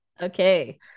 Okay